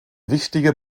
wichtige